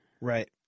Right